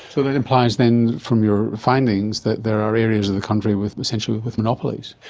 so that implies, then, from your findings, that there are areas of the country with, essentially, with monopolies?